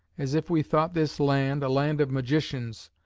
as if we thought this land, a land of magicians,